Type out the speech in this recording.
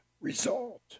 result